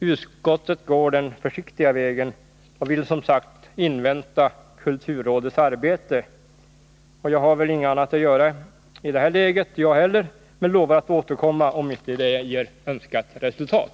Utskottet går den försiktiga vägen och vill som sagt invänta kulturrådets arbete. Jag har väl inget annat att göra i detta läge jag heller, men jag lovar att återkomma om inte det ger önskat resultat.